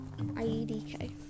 IEDK